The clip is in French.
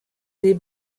les